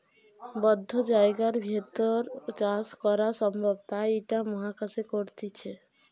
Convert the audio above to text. বদ্ধ জায়গার ভেতর চাষ করা সম্ভব তাই ইটা মহাকাশে করতিছে